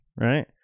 right